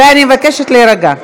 ואני מבקשת להירגע.